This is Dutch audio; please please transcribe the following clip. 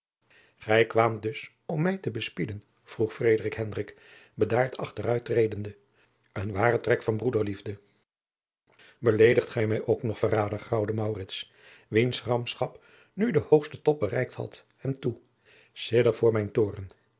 gij kwaamt dus om mij te bespieden vroeg frederik hendrik bedaard achteruittredende een ware trek van broederliefde beledigt ge mij nog verrader graauwde maurits wiens gramschap nu den hoogsten top bereikt had hem toe sidder voor mijn toorn